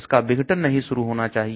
इसका विघटन नहीं शुरू होना चाहिए